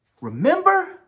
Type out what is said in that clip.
Remember